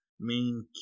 main